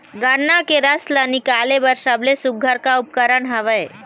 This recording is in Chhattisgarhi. गन्ना के रस ला निकाले बर सबले सुघ्घर का उपकरण हवए?